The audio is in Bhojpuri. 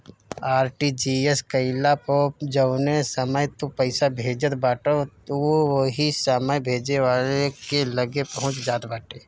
आर.टी.जी.एस कईला पअ जवने समय तू पईसा भेजत बाटअ उ ओही समय भेजे वाला के लगे पहुंच जात बाटे